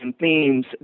themes